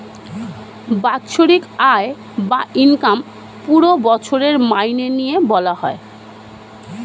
বাৎসরিক আয় বা ইনকাম পুরো বছরের মাইনে নিয়ে বলা হয়